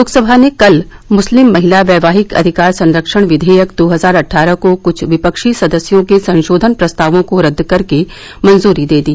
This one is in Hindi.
लोकसभा ने कल मुस्लिम महिला वैवाहिक अधिकार संरक्षण विधेयक दो हजार अट्ठारह को कुछ विपक्षी सदस्यों के संशोधन प्रस्तावों को रद्द करके मंजूरी दे दी